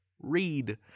Read